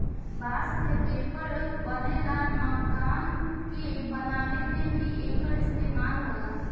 बांस से पेपर बनेला, मकान के बनावे में भी एकर इस्तेमाल होला